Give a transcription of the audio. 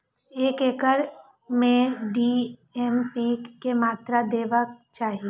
एक एकड़ में डी.ए.पी के मात्रा देबाक चाही?